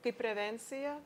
kaip prevenciją